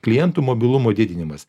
klientų mobilumo didinimas